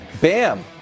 Bam